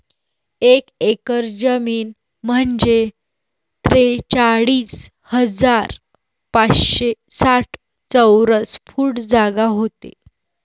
एक एकर जमीन म्हंजे त्रेचाळीस हजार पाचशे साठ चौरस फूट जागा व्हते